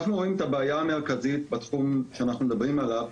אנחנו רואים כבעיה המרכזית בתחום שאנחנו מדברים עליו,